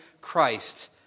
Christ